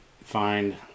find